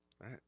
right